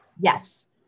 Yes